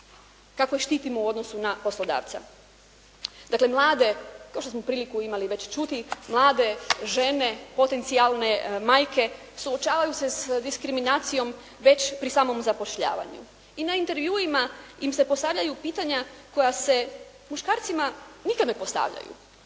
Kako je štitimo u odnosu na poslodavca? Dakle mlade, kao što smo priliku imali već čuti, mlade žene potencijalne majke suočavaju se s diskriminacijom već pri samom zapošljavanju. I na intervjuima im se postavljaju pitanja koja se muškarcima nikad ne postavljaju,